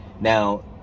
Now